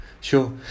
sure